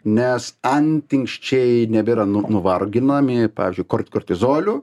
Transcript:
nes antinksčiai nebėra nu nuvarginami pavyzdžiui kor kortizolių